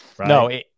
No